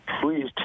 please